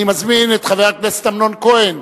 אני מזמין את חבר הכנסת אמנון כהן,